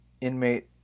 inmate